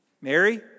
Mary